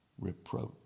reproach